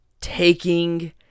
taking